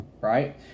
right